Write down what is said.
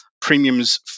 premiums